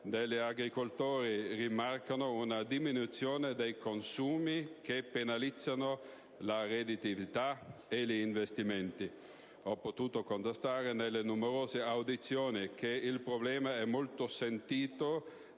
degli agricoltori rimarcano una diminuzione dei consumi che penalizza la redditività e gli investimenti. Ho potuto constatare nelle numerose audizioni che il problema è molto sentito